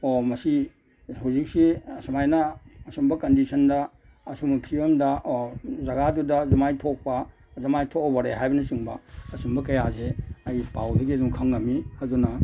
ꯑꯣ ꯃꯁꯤ ꯍꯧꯖꯤꯛꯁꯤ ꯑꯁꯨꯃꯥꯏꯅ ꯑꯁꯨꯝꯕ ꯀꯟꯗꯤꯁꯟꯗ ꯑꯁꯨꯝꯕ ꯐꯤꯕꯝꯗ ꯑꯣ ꯖꯥꯒꯥꯗꯨꯗ ꯑꯗꯨꯃꯥꯏ ꯊꯣꯛꯄ ꯑꯗꯨꯃꯥꯏ ꯊꯣꯛꯑꯕꯣꯔꯦ ꯍꯥꯏꯕꯅ ꯆꯤꯡꯕ ꯑꯁꯨꯝꯕ ꯀꯌꯥꯁꯤ ꯑꯩ ꯄꯥꯎꯗꯒꯤ ꯑꯗꯨꯝ ꯈꯪ ꯉꯝꯃꯤ ꯑꯗꯨꯅ